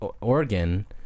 Oregon